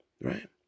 right